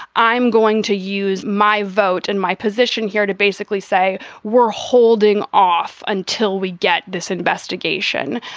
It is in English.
i'm going to use my vote and my position here to basically say we're holding off until we get this investigation.